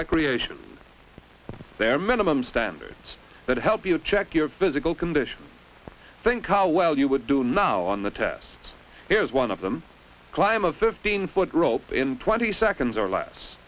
recreation there minimum standards that help you check your physical condition think how well you would do now on the test here's one of them climb a fifteen foot rope in twenty seconds or less